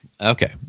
Okay